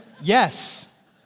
yes